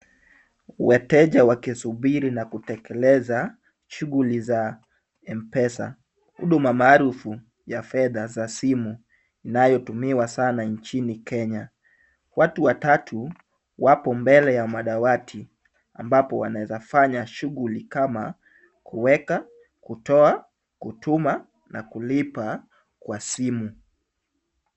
Wateja wakisubiri na kutekeleza shughuli za M-Pesa. Huduma maarufu ya fedha za simu inayotumiwa sana nchini Kenya. Watu watatu wapo mbele ya madawati ambapo wanaweza fanya shughuli kama kuweka, kutoa, kutuma na kulipa kwa simu.